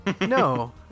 No